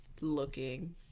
looking